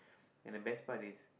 and the best part is